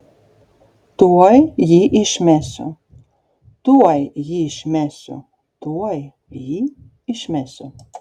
tuoj jį išmesiu tuoj jį išmesiu tuoj jį išmesiu